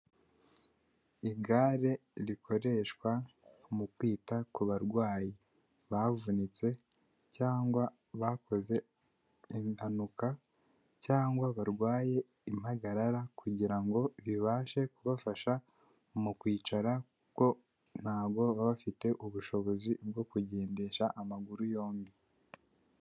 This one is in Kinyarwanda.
Igare rikoreshwa mu kwita kubarwayi, bavunitse cyangwa bakoze impanuka cyangwa barwaye impagarara kugira ngo ribashe kubafasha mu kwicara, kuko ntabwo bafite ubushobozi bwo kugendesha amaguru yombi.